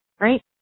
Right